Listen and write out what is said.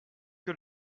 que